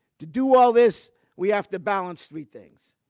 to do all this we have to balance three things.